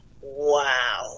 wow